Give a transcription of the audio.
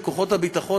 של כוחות הביטחון,